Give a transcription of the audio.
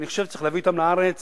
אני חושב שצריך להביא אותם לארץ.